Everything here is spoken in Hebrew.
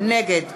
נגד